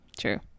True